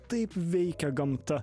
taip veikia gamta